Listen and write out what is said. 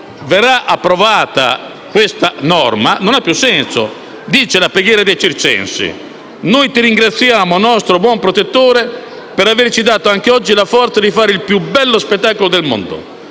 verrà approvata la norma in esame, non avrà più senso. Dice infatti la preghiera dei circensi: «Noi ti ringraziamo, nostro buon Protettore, per averci dato anche oggi la forza di fare il più bello spettacolo del mondo.